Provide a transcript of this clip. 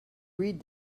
read